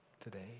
today